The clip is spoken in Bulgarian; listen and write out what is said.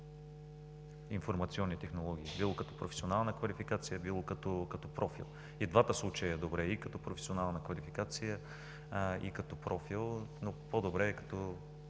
информационни технологии, било като професионална квалификация, било като профил. И в двата случая е добре – и като професионална квалификация, и като профил, но по-желателно е като